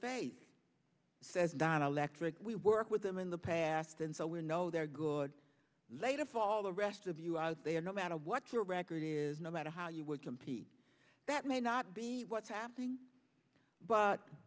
faith says dielectric we work with them in the past and so we know they're good later for all the rest of you out there no matter what your record is no matter how you would compete that may not be what's happening but